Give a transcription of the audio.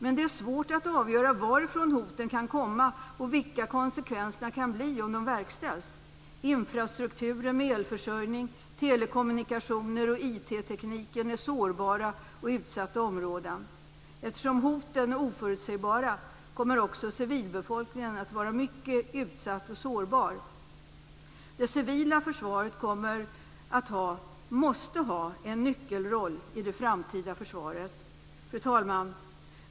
Men det är svårt att avgöra varifrån hoten kan komma och vilka konsekvenserna kan bli om de verkställs. Infrastrukturen med elförsörjning, telekommunikationer och informationsteknik är sårbara och utsatta områden. Eftersom hoten är oförutsägbara kommer också civilbefolkningen att vara mycket utsatt och sårbar. Det civila försvaret måste ha en nyckelroll i det framtida försvaret. Fru talman!